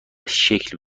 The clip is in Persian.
شکل